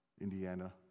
Indiana